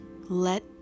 let